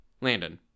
Landon